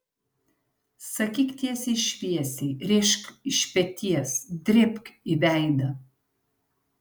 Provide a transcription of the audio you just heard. sakyk tiesiai šviesiai rėžk iš peties drėbk į veidą